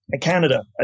Canada